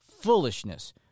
foolishness